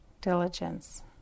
Diligence